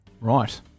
Right